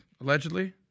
allegedly